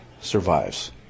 survives